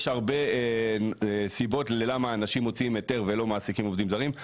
יש הרבה סיבות ללמה אנשים מוציאים היתר ולא מעסיקים עובדים זרים,